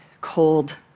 cold